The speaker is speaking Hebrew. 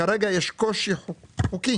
כרגע יש קושי חוקי